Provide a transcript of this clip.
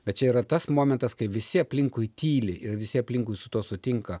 bet čia yra tas momentas kai visi aplinkui tyli ir visi aplinkui su tuo sutinka